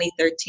2013